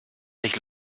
sich